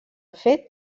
fet